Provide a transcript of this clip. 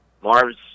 Marv's